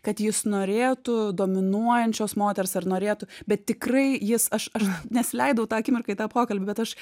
kad jis norėtų dominuojančios moters ar norėtų bet tikrai jis aš aš nesileidau tą akimirką į tą pokalbį bet aš